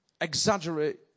exaggerate